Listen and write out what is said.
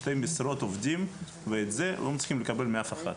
שתי משרות עובדים ואת זה לא מצליחים לקבל מאף אחד,